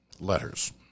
Letters